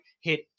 hit